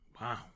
Wow